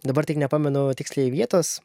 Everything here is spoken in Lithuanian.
dabar tik nepamenu tiksliai vietos